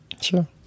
sure